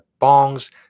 bongs